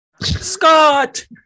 Scott